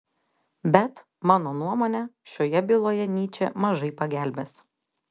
bet mano nuomone šioje byloje nyčė mažai pagelbės